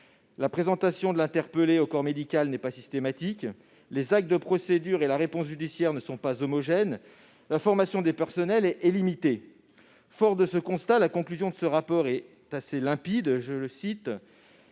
la présentation de l'interpellé au corps médical n'est pas systématique ; les actes de procédure et la réponse judiciaire ne sont pas homogènes ; la formation des personnels est limitée. La conclusion de ce rapport est assez limpide :« Il